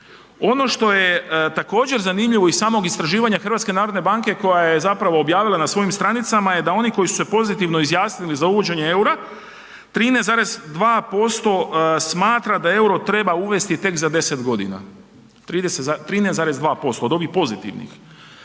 Ono što je također zanimljivo iz samog istraživanja HNB-a koja je zapravo objavila na svojim stranicama je da oni koji su se pozitivno izjasnili za uvođenje EUR-a 13,2% smatra da EUR-o treba uvesti tek za 10 godina, 13,2% od ovih pozitivnih,